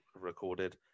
recorded